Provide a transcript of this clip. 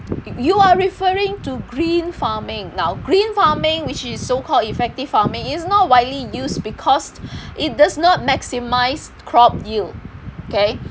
you are referring to green farming now green farming which is so called effective farming is not widely used because it does not maximize crop yield okay